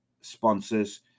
sponsors